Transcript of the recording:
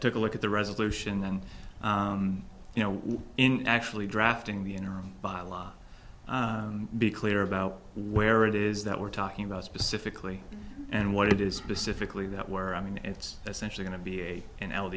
took a look at the resolution and you know actually drafting the interim by law be clear about where it is that we're talking about specifically and what it is specifically that we're i mean it's essentially going to be